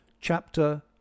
chapter